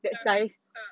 ah ah